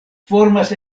formas